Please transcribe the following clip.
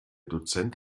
dozent